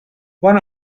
one